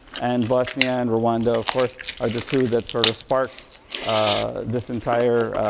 and bosnia and rwanda of course are the two that sort of sparked this entire